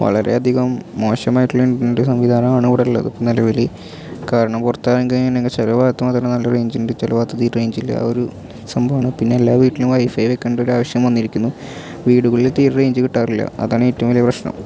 വളരെ അധികം മോശമായിട്ടുള്ള ഇന്റര്നെറ്റ് സംവിധാനമാണ് ഇവിടെ ഉള്ളത് ഇപ്പം നിലവില് കാരണം പുറത്തിറങ്ങി കഴിഞ്ഞിട്ടുണ്ടെങ്കിൽ ചില ഭാഗത്ത് മാത്രം നല്ല റേഞ്ച് ഉണ്ട് ചില ഭാഗത്ത് അധികം റേഞ്ചില്ല ആ ഒരു സംഭവമാണ് പിന്നെ എല്ലാ വീട്ടിലും വൈഫൈ വെക്കണ്ട ഒരാവശ്യം വന്നിരിക്കുന്നു വീടുകളില് തീരെ റേഞ്ച് കിട്ടാറില്ല അതാണ് ഏറ്റവും വലിയ പ്രശ്നം